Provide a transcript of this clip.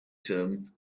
term